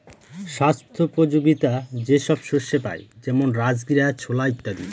স্বাস্থ্যোপযোগীতা যে সব শস্যে পাই যেমন রাজগীরা, ছোলা ইত্যাদি